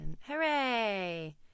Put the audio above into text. hooray